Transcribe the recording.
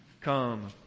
Come